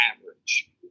average